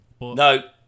no